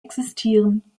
existieren